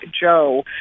Joe